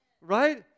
right